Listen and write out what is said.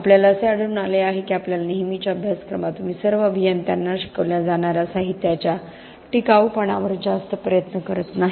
आपल्याला असे आढळून आले आहे की आपल्या नेहमीच्या अभ्यासक्रमात तुम्ही सर्व अभियंत्यांना शिकवल्या जाणाऱ्या साहित्याच्या टिकाऊपणावर जास्त प्रयत्न करत नाही